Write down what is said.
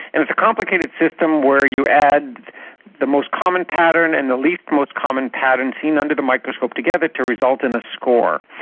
and it's a complicated system where you add the most common pattern and the least most common pattern seen under the microscope together to result in a score.